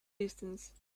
distance